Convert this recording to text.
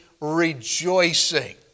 rejoicing